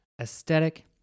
aesthetic